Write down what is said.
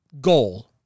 goal